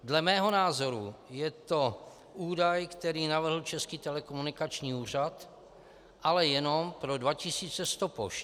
Dle mého názoru je to údaj, který navrhl Český telekomunikační úřad, ale jenom pro 2 100 pošt.